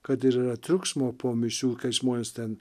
kad ir triukšmo po mišių kai žmonės ten